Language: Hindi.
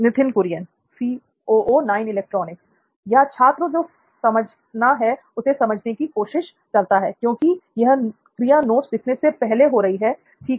नित्थिन कुरियन या छात्र जो समझना है उसे समझने की कोशिश करता है क्योंकि यह क्रिया नोट्स लिखने से "पहले" हो रही है ठीक